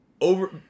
Over